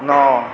नओ